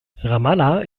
ramallah